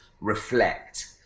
reflect